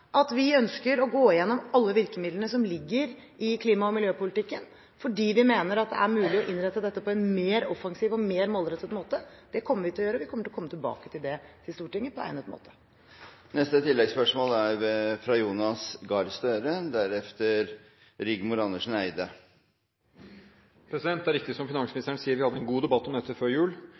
at den ønsker å gå igjennom alle virkemidlene i klima- og miljøpolitikken, fordi vi mener det er mulig å innrette dette på en mer offensiv og mer målrettet måte. Det kommer vi til å gjøre, og vi kommer til å komme tilbake til det til Stortinget på egnet måte. Jonas Gahr Støre – til oppfølgingsspørsmål. Det er riktig som finansministeren sier, vi hadde en god debatt om dette før jul,